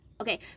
okay